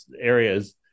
areas